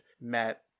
met